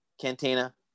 Cantina